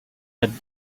let